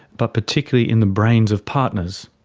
but particularly in the brains of partners.